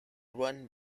run